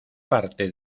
parte